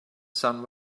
sun